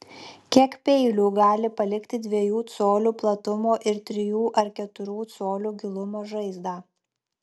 kiek peilių gali palikti dviejų colių platumo ir trijų ar keturių colių gilumo žaizdą